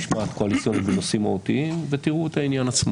של לשלוט, של להפגין עוצמה.